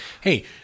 hey